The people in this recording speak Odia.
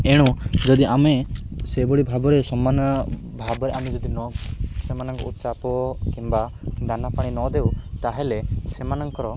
ଏଣୁ ଯଦି ଆମେ ସେଭଳି ଭାବରେ ସମାନ ଭାବରେ ଆମେ ଯଦି ନ ସେମାନଙ୍କୁ ଚାପ କିମ୍ବା ଦାନା ପାଣି ନ ଦେଉ ତା'ହେଲେ ସେମାନଙ୍କର